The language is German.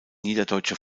niederdeutsche